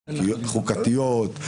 עילות חוקתיות,